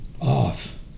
off